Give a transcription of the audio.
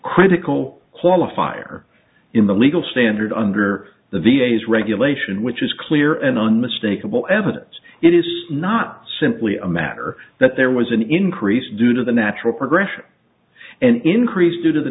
critical qualifier in the legal standard under the v a s regulation which is clear and unmistakable evidence it is not simply a matter that there was an increase due to the natural progression and increase due to the